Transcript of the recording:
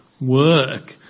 work